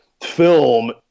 film